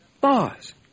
Bars